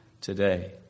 today